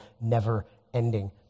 never-ending